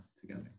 together